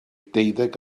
deuddeg